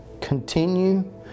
continue